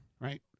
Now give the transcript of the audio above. Right